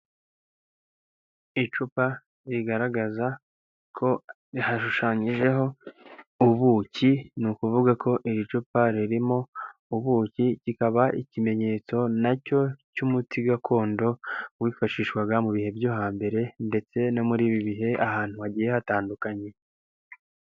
Icupa rigaragaza ko hashushanyijeho ubuki. Ni ukuvuga ko iri cupa ririmo ubuki kikaba ikimenyetso na cyo cy'umuti gakondo wifashishwaga mu bihe byo hambere, ndetse no muri ibi bihe ahantu hagiye hatandukanye.